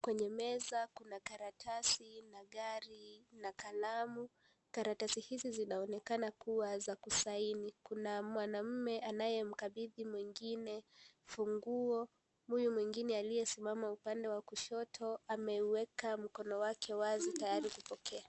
Kwenye meza, kuna karatasi na gari na kalamu. Karatasi hizi zinaonekana kuwa za kusaini. Kuna mwanamme anayemkabithi mwingine funguo. Huyu mwingine aliyesimama upande wa kushoto ameuweka mkono wake wazi tayari kupokea.